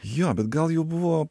jo bet gal jau buvo